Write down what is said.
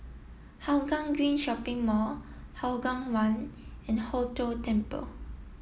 Hougang Green Shopping Mall Hougang One and Hong Tho Temple